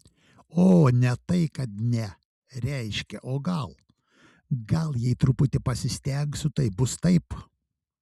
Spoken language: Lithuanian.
o ne tai kad ne reiškia o gal gal jei truputį pasistengsiu tai bus taip